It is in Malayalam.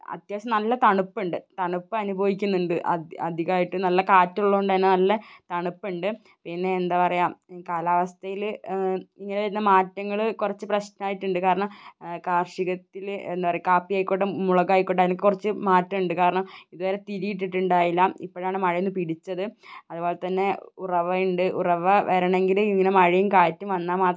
അത്യാവശ്യം നല്ല തണുപ്പുണ്ട് തണുപ്പ് അനുഭവിക്കുന്നുണ്ട് അധികമായിട്ടും നല്ല കാറ്റ് ഉള്ളതുകൊണ്ടുതന്നെ നല്ല തണുപ്പുണ്ട് പിന്നെ എന്താ പറയുക കാലാവസ്ഥയിൽ ഇങ്ങനെ വരുന്ന മാറ്റങ്ങൾ കുറച്ച് പ്രശ്നമായിട്ടുണ്ട് കാരണം കാര്ഷികത്തിൽ എന്താ പറയുക കാപ്പി ആയിക്കോട്ടെ മുളക് ആയിക്കോട്ടേ എനിക്ക് കുറച്ച് മാറ്റമുണ്ട് കാരണം ഇതുവരെ തിരി ഇട്ടിട്ടുണ്ടായില്ല ഇപ്പോഴാണ് മഴ ഒന്ന് പിടിച്ചത് അതുപോലെത്തന്നെ ഉറവയുണ്ട് ഉറവ വരണമെങ്കിൽ ഇങ്ങനെ മഴയും കാറ്റും വന്നാല് മാത്രമേ